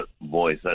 voice